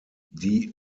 die